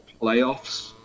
playoffs